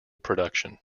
production